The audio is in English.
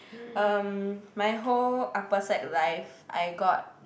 um my whole upper sec life I got